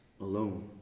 alone